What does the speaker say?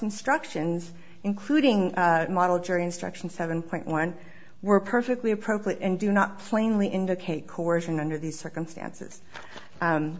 instructions including model jury instruction seven point one were perfectly appropriate and do not plainly indicate coercion under these circumstances